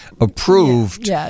approved